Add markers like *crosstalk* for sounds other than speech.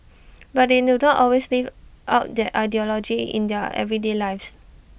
*noise* but they do not always live out that ideology in their everyday lives